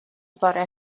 bore